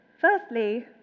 Firstly